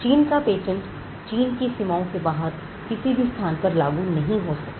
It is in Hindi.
चीन का पेटेंट चीन की सीमाओं के बाहर किसी भी स्थान पर लागू नहीं हो सकता